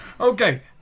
Okay